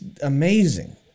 amazing